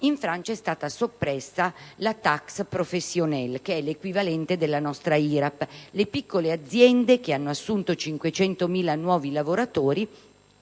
In Francia è stata soppressa la *taxe* *professionnelle*, che è l'equivalente della nostra IRAP. Le piccole aziende, che hanno assunto 500.000 nuovi lavoratori,